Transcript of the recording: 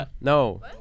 No